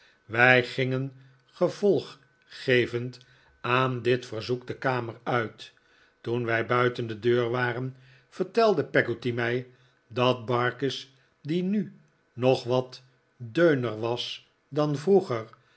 wij gingen gevolg gevend aan dit verzoek de kamer uit toen wij buiten de deur waren vertelde peggotty mij dat barkis die nu nog wat deuner was dan vroeger